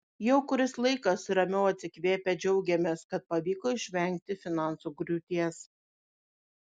jau kuris laikas ramiau atsikvėpę džiaugiamės kad pavyko išvengti finansų griūties